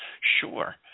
Sure